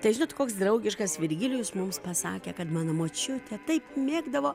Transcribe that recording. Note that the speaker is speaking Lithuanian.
tai žinot koks draugiškas virgilijus mums pasakė kad mano močiutė taip mėgdavo